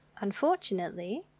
Unfortunately